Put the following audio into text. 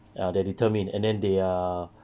ah they determined and then they are